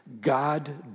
God